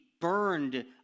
burned